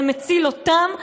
זה מציל אותם,